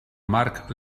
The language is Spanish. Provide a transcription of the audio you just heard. marc